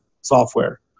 software